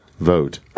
Vote